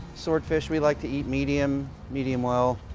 swordfish we like to eat medium, medium well.